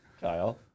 Kyle